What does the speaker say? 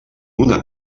una